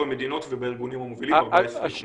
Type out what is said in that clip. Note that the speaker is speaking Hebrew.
המדינות ובארגונים המובילים 14 יום,